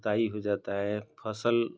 जोताई हो जाती है फ़सल